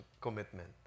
commitment